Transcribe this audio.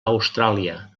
austràlia